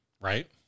Right